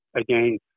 again